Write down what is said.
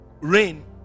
rain